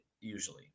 Usually